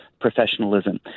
professionalism